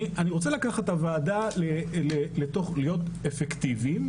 אני רוצה לקחת את הוועדה ולהיות אפקטיביים,